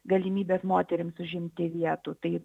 galimybės moterims užimti vietų tai